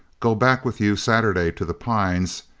go back with you saturday to the pines,